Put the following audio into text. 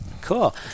Cool